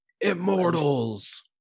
immortals